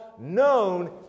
known